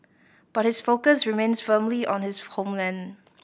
but his focus remains firmly on his homeland